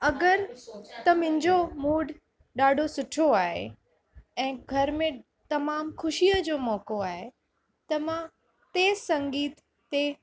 अगरि त मुंहिंजो मूड ॾाढो सुठो आहे ऐं घर में तमामु ख़ुशीअ जो मौक़ो आहे त मां तेज़ु संगीत ते